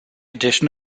edition